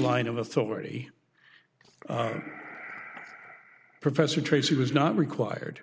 line of authority professor tracey was not required